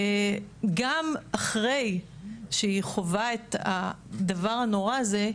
וגם אחרי שהיא חווה את הדבר הנורא הזה,